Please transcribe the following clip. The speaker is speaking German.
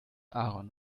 aaron